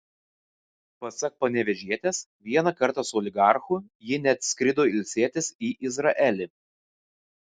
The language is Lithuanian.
pasak panevėžietės vieną kartą su oligarchu ji net skrido ilsėtis į izraelį